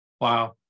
Wow